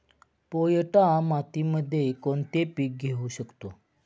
पोयटा मातीमध्ये कोणते पीक घेऊ शकतो?